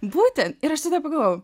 būtent ir aš tada pagalvojau